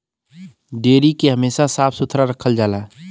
dairy के हमेशा साफ सुथरा रखल जाला